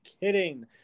kidding